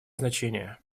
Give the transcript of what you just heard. значение